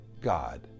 God